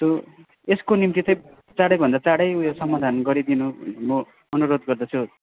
यसको निम्ति चाहिँ चाँडैभन्दा चाँडै उयो समाधान गरिदिनु म अनुरोध गर्दछु